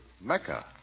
Mecca